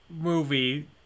movie